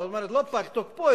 לא פג תוקפו,